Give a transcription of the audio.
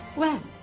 well,